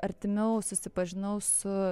artimiau susipažinau su